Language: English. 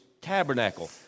tabernacle